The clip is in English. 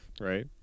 right